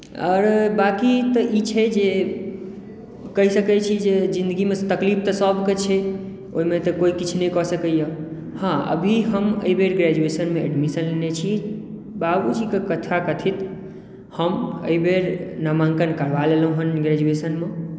आओर बाँकी तऽ ई छै जे कहि सकैत छी जे जिन्दगीमे तकलीफ तऽ सभकेँ छै ओहिमे तऽ कोइ किछु नहि कऽ सकैए हँ अभी हम एहिबेर ग्रेजुएशनमे एडमिशन लेने छी बाबूजीक कथाकथित हम एहिबेर नामाङ्कन करबा लेलहुँ हेँ ग्रेजुएशनमे